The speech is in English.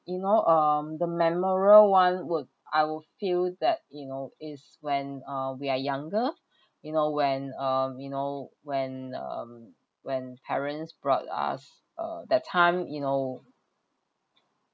you know um the memorial one would I will feel that you know is when uh we are younger you know when um you know when um when parents brought us uh that time you know